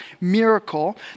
miracle